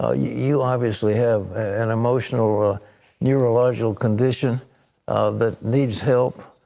ah you obviously have an emotional neurological condition that needs help.